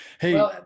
Hey